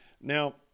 Now